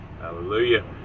hallelujah